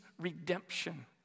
redemption